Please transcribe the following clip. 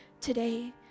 today